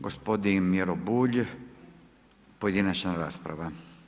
Gospodin Miro Bulj pojedinačna rasprava.